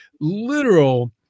literal